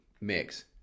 mix